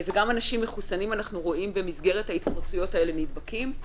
וגם אנשים מחוסנים אנחנו רואים נדבקים במסגרת ההתפרצויות האלה.